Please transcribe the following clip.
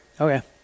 okay